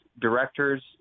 directors